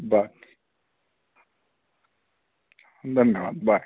बरं धन्यवाद बाय